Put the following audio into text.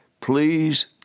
please